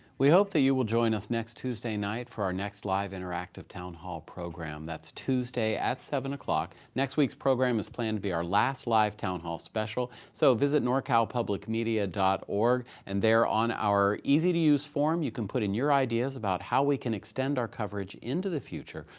we hope that you will join us next tuesday night for our next live interactive town hall program. that's tuesday at seven zero. next week's program is planned to be our last live town hall special. so visit norcalpublicmedia org. and they're on our easy to use form. you can put in your ideas about how we can extend our coverage into the future.